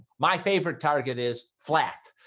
my favorite target is flat